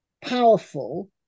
powerful